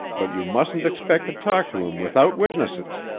but you mustn't expect to talk to him without witnesses.